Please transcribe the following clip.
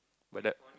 but that